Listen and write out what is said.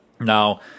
Now